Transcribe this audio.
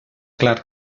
clar